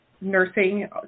nursing